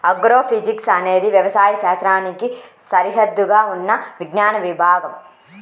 agrophysics అనేది వ్యవసాయ శాస్త్రానికి సరిహద్దుగా ఉన్న విజ్ఞాన విభాగం